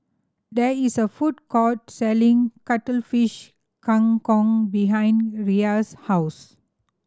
there is a food court selling Cuttlefish Kang Kong behind Riya's house